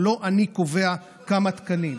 זה לא אני קובע כמה תקנים.